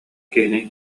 киһини